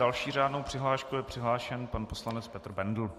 S další řádnou přihláškou je přihlášen pan poslanec Petr Bendl.